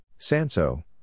Sanso